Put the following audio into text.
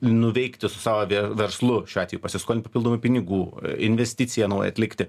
nuveikti su savo vė verslu šiuo atveju pasiskolint papildomų pinigų investiciją naują atlikti